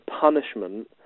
punishment